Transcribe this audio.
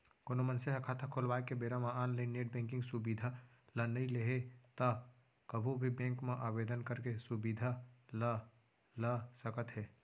कोनो मनसे ह खाता खोलवाए के बेरा म ऑनलाइन नेट बेंकिंग सुबिधा ल नइ लेहे त कभू भी बेंक म आवेदन करके सुबिधा ल ल सकत हे